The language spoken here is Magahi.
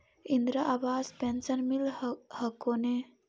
इन्द्रा आवास पेन्शन मिल हको ने?